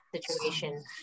situation